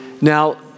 Now